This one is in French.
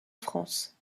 france